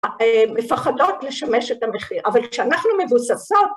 מפחדות לשמש את המחיר, אבל כשאנחנו מבוססות